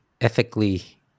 ethically